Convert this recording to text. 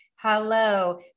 Hello